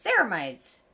Ceramides